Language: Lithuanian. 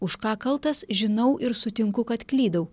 už ką kaltas žinau ir sutinku kad klydau